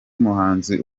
muhanzi